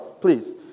Please